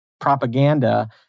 propaganda